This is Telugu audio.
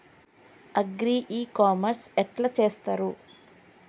అగ్రి ఇ కామర్స్ ఎట్ల చేస్తరు?